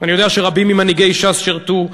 ואני יודע שרבים ממנהיגי ש"ס שירתו,